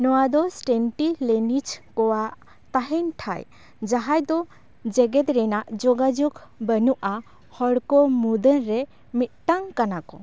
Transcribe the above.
ᱱᱚᱶᱟ ᱫᱚ ᱥᱴᱮᱱᱴᱤᱞᱮᱱᱤᱡᱽ ᱠᱚᱣᱟᱜ ᱛᱟᱦᱮᱱ ᱴᱷᱟᱶ ᱡᱟᱦᱟᱸᱭ ᱫᱚ ᱡᱮᱜᱮᱫ ᱨᱮᱱᱟᱜ ᱡᱳᱜᱟᱡᱳᱜ ᱵᱟᱹᱱᱩᱜᱼᱟ ᱦᱚᱲ ᱠᱚ ᱢᱩᱫᱽᱨᱮ ᱢᱤᱫᱴᱟᱝ ᱠᱟᱱᱟ ᱠᱚ